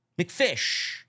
McFish